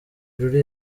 ruri